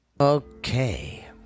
Okay